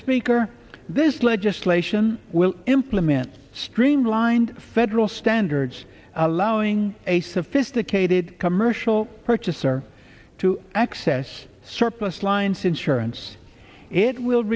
speaker this legislation will implement streamlined federal standards allowing a sophisticated commercial purchaser to access surplus lines insurance it will